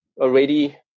already